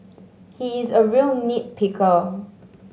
he is a real nit picker